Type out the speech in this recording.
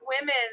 women